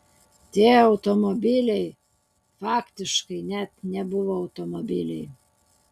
tie automobiliai faktiškai net nebuvo automobiliai